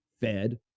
fed